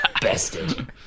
bested